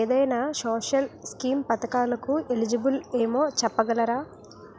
ఏదైనా social scheme పథకాలు కు ఎలిజిబుల్ ఏమో చెప్పగలరా?